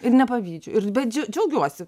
ir nepavydžiu ir dž džiaugiuosi